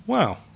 Wow